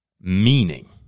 meaning